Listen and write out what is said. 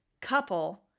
couple